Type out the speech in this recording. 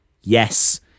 Yes